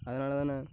அதனாலதாண்ணே